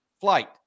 Flight